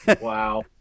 Wow